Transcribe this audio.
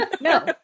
No